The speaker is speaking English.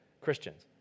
Christians